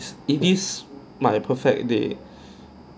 it is my perfect day